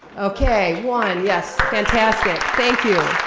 okay, one, yes, fantastic. thank you.